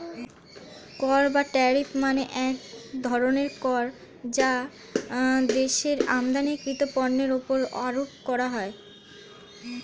কর বা ট্যারিফ মানে এক ধরনের কর যা দেশের আমদানিকৃত পণ্যের উপর আরোপ করা হয়